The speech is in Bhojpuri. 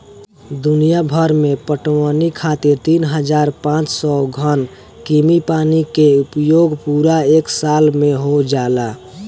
दुनियाभर में पटवनी खातिर तीन हज़ार पाँच सौ घन कीमी पानी के उपयोग पूरा एक साल में हो जाला